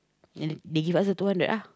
and they give us the two hundred ah